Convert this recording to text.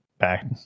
Back